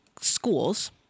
schools